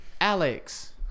Alex